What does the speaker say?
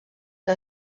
que